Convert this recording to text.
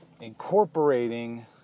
Incorporating